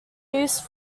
use